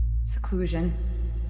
Seclusion